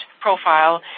profile